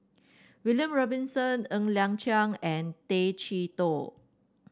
William Robinson Ng Liang Chiang and Tay Chee Toh